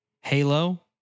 Halo